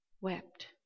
wept